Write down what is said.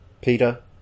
Peter